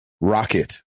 rocket